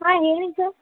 ಹಾಂ ಹೇಳಿ ಸರ್